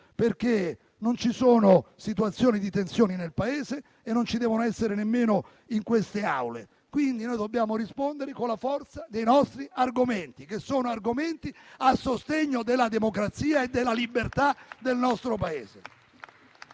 perché non ci sono situazioni di tensione nel Paese e non ci devono essere nemmeno in queste Aule, quindi dobbiamo rispondere con la forza dei nostri argomenti, che sono a sostegno della democrazia e della libertà del nostro Paese.